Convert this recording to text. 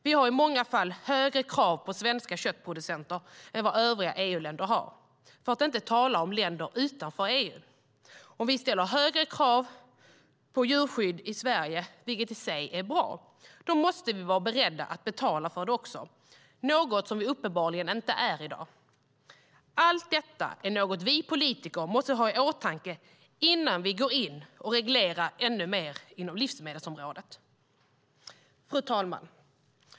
Vi har i många fall högre krav på svenska köttproducenter än vad övriga EU-länder har, för att inte tala om länder utanför EU. Om vi ställer högre krav på djurskydd i Sverige, vilket i sig är bra, måste vi vara beredda att betala för det också, vilket vi uppenbarligen inte är i dag. Allt detta är något vi politiker måste ha i åtanke innan vi går in och reglerar ännu mer inom livsmedelsområdet! Fru talman!